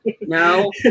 No